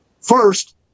First